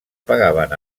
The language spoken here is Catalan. pagaven